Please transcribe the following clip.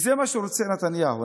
זה מה שרוצה נתניהו.